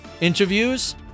interviews